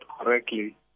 correctly